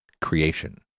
creation